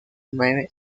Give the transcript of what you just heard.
nueve